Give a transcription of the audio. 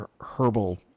herbal